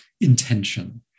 intention